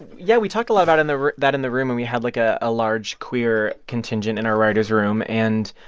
yeah. we talked a lot about that in the that in the room, and we had, like, ah a large queer contingent in our writers' room. and.